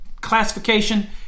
classification